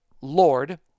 lord